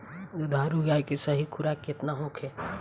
दुधारू गाय के सही खुराक केतना होखे?